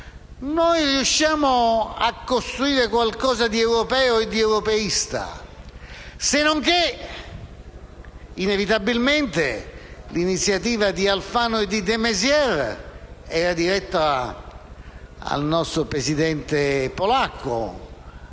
riusciremo a costruire qualcosa di europeo e di europeista. Sennonché, inevitabilmente, l'iniziativa di Alfano e di de Maizière era diretta al Presidente polacco,